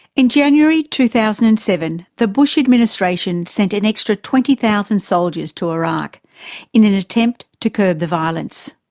in january two thousand and seven the bush administration sent an extra twenty thousand soldiers to iraq in an attempt to curb the violence.